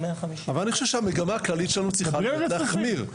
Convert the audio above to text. המגמה שלנו צריכה להיות מחמיר.